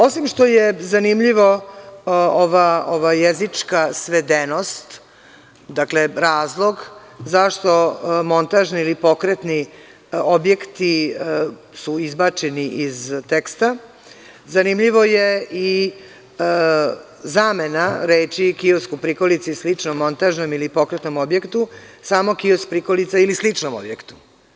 Osim što je zanimljiva ova jezička svedenost, dakle, razlog zašto montažni ili pokretni objekti su izbačeni iz teksta, zanimljivo je i zamena reči: „kiosk u prikolici ili sličnom montažnom ili pokretnom objektu“ samo „kiosk, prikolica ili sličnom objektu“